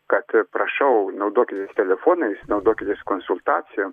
kad prašau naudokitės telefonais naudokitės konsultacijom